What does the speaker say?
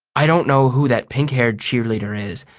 i don't know who that pink-haired cheerleader is.